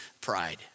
pride